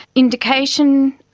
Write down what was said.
indication,